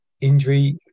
injury